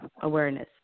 awareness